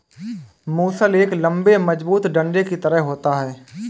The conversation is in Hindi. मूसल एक लम्बे मजबूत डंडे की तरह होता है